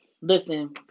Listen